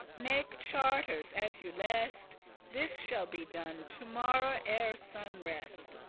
make charters as you lest this shall be done to-morrow ere sun rest,